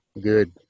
Good